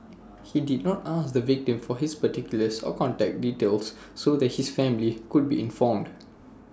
he did not ask the victim for his particulars or contact details so that his family could be informed